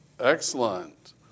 Excellent